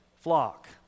flock